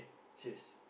serious